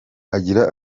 agira